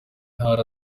ntarama